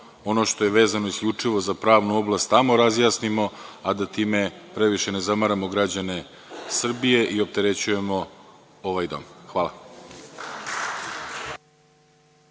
ono što je vezano isključivo za pravnu oblast tamo da razjasnimo, a da time ne zamaramo previše građane Srbije i opterećujemo ovaj dom. Hvala.